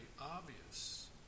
obvious